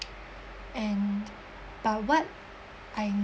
and but what I